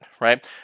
right